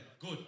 good